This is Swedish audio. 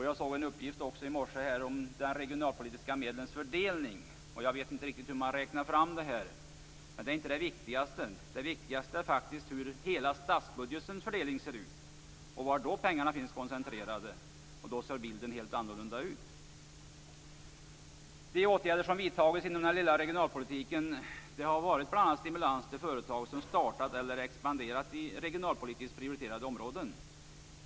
Jag såg en uppgift i morse om de regionalpolitiska medlens fördelning. Jag vet inte riktigt hur man räknat fram den, men det är inte det viktigaste. Det viktiga är hur hela statsbudgetens fördelning ser ut och var pengarna finns koncentrerade. Då ser bilden helt annorlunda ut. De åtgärder som vidtagits inom den lilla regionalpolitiken har varit bl.a. stimulans till företag som startats eller expanderat i regionalpolitiskt prioriterade områden.